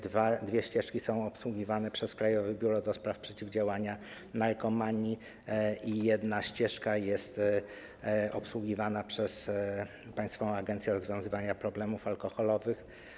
Dwie ścieżki są obsługiwane przez Krajowe Biuro do Spraw Przeciwdziałania Narkomanii, jedna ścieżka jest obsługiwana przez Państwową Agencję Rozwiązywania Problemów Alkoholowych.